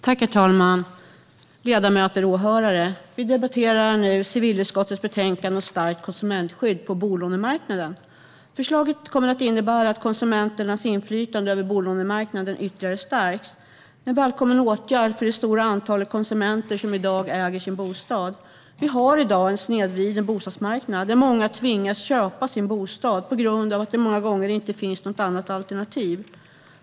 Herr talman! Ledamöter! Åhörare! Vi debatterar i dag civilutskottets betänkande om stärkt konsumentskydd på bolånemarknaden. Förslaget kommer att innebära att konsumenternas inflytande över bolånemarknaden ytterligare stärks. Det är en välkommen åtgärd för det stora antal konsumenter som äger sin bostad. Vi har i dag en snedvriden bostadsmarknad, där många tvingas köpa sin bostad på grund av att det många gånger inte finns några andra alternativ.